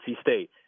State